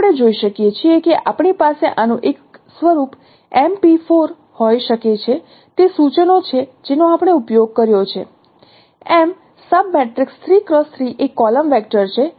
જેમ આપણે જોઈ શકીએ છીએ કે આપણી પાસે આનું એક સ્વરૂપ હોઈ શકે છે તે સૂચનો છે જેનો આપણે ઉપયોગ કર્યો છે M એ સબ મેટ્રિક્સ એ કોલમ વેક્ટર છે